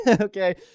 okay